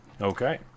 okay